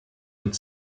und